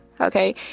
Okay